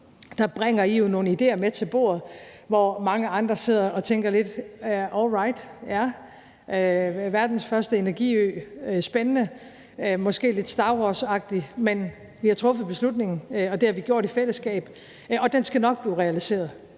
bringer nogle idéer med til bordet, hvor mange andre sidder og tænker lidt: All right, ja, verdens første energiø, det lyder spændende, måske lidt »Star Wars«-agtigt. Men vi har truffet beslutningen, og det har vi gjort i fællesskab. Og den skal nok blive realiseret.